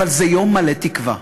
אבל זה יום מלא תקווה,